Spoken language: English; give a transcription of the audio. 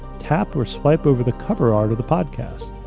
tap or swipe over the cover art of the podcast.